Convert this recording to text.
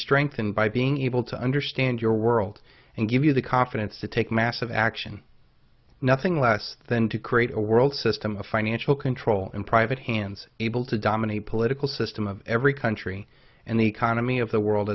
strengthened by being able to understand your world and give you the confidence to take massive action nothing less than to create a world system of financial control in private hands able to dominate political system of every country and the economy of the world